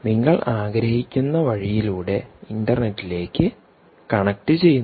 നിങ്ങൾ ആഗ്രഹിക്കുന്ന വഴിയിലൂടെ ഇന്റർനെറ്റിലേക്ക് കണക്റ്റുചെയ്യുന്നു